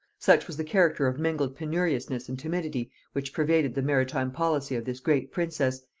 such was the character of mingled penuriousness and timidity which pervaded the maritime policy of this great princess,